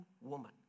woman